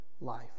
life